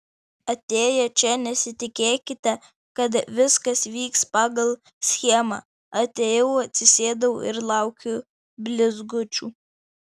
atėję čia nesitikėkite kad viskas vyks pagal schemą atėjau atsisėdau ir laukiu blizgučių